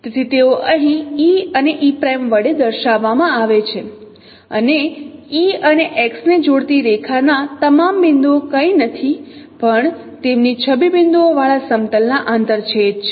તેથી તેઓ અહીં e અને e' વડે દર્શાવવામાં આવે છે અને e અને x ને જોડતી રેખા ના તમામ બિંદુઓ કંઈ નથી પણ તેમની છબી બિંદુઓવાળા સમતલ ના આંતરછેદ છે